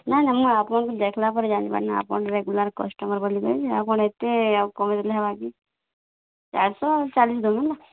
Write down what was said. ନାଇଁ ନାଇଁ ମୁଇଁ ଆପଣ୍କୁଁ ଦେଖ୍ଲା ପରେ ଜାନିପାର୍ଲି ଆପଣ୍ ରେଗୁଲାର୍ କଷ୍ଟମର୍ ବୋଲିକରି ଯେ ଆପଣ୍ ଏତେ ଆଉ କମେଇ ଦେଲେ ହେବାକି ଚାଏର୍ ଶହ ଚାଲିଶ୍ ଦେଉନ୍ ହେଲା